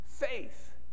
Faith